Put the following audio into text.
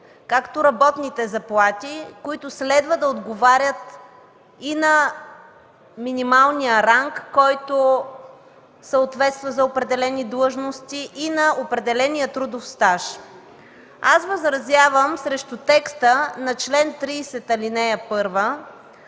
както работните заплати, които следва да отговарят и на минималния ранг, който съответства за определени длъжности, и на определения трудов стаж. Аз възразявам срещу текста на чл. 30, ал. 1,